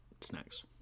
snacks